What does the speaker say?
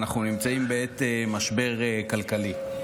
אנחנו נמצאים בעת משבר כלכלי.